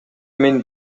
мени